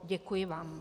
Děkuji vám.